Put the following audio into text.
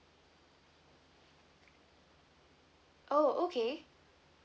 oh okay